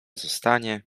zostanie